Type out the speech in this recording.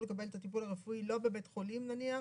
לקבל את הטיפול הרפואי לא בבית חולים נניח?